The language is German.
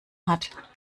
hat